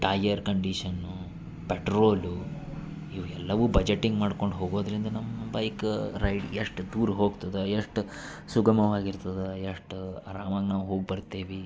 tyre condition petrol ಇವ ಎಲ್ಲವೂ budgeting ಮಾಡ್ಕೊಂಡು ಹೋಗೋದರಿಂದ ನಮ್ಮ ಬೈಕ್ ರೈಡ್ ಎಷ್ಟು ದೂರ ಹೋಗ್ತದೆ ಎಷ್ಟು ಸುಗಮವಾಗಿರ್ತದೆ ಎಷ್ಟು ಅರಾಮಾಗಿ ನಾವು ಹೋಗಿ ಬರ್ತೇವಿ